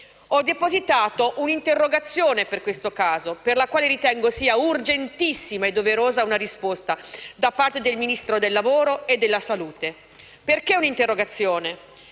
Ho depositato un'interrogazione su questo caso, per la quale ritengo sia urgentissima e doverosa una risposta da parte dei Ministri del lavoro e delle politiche sociali e